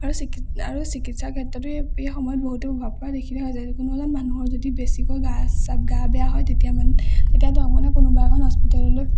আৰু চিকিৎসাৰ ক্ষেত্ৰতো এই সময়ত বহুতো প্ৰভাৱ পৰা দেখা গৈছিল কোনো এজন মানুহৰ যদি বেছিকৈ গা চা গা বেয়া হয় তেতিয়া মানে তেতিয়া ধৰক মানে কোনোবা এখন হস্পিটেললৈ